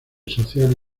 social